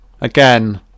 Again